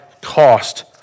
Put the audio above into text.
cost